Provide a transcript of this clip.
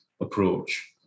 approach